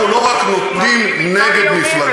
אנחנו לא רק נותנים נגד מפלגה,